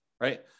right